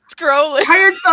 scrolling